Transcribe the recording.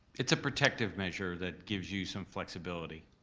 it's a protective measure that gives you some flexibility.